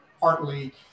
partly